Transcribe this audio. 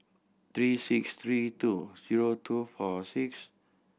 three six three two zero two four six